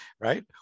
right